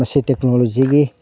ꯃꯁꯤ ꯇꯦꯛꯅꯣꯂꯣꯖꯤꯒꯤ